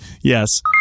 Yes